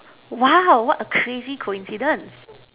!wow! what a crazy coincidence